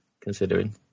considering